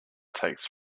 takes